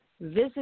visit